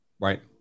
Right